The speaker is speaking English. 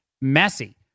messy